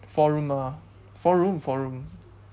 four room lah four room four room